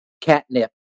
catnip